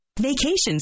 Vacations